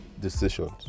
decisions